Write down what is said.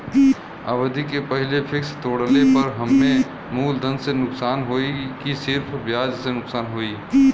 अवधि के पहिले फिक्स तोड़ले पर हम्मे मुलधन से नुकसान होयी की सिर्फ ब्याज से नुकसान होयी?